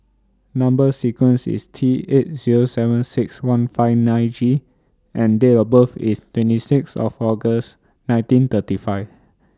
Number sequence IS T eight Zero seven six one five nine G and Date of birth IS twenty six of August nineteen thirty five